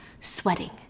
sweating